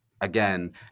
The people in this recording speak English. Again